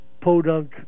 podunk